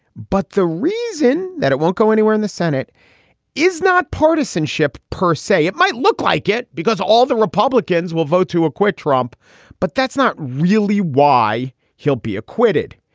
but the reason that it won't go anywhere in the senate is not partisanship per say. it might look like it because all the republicans will vote to acquit trump but that's not really why he'll be acquitted.